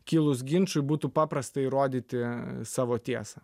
kilus ginčui būtų paprasta įrodyti savo tiesą